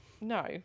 no